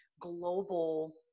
global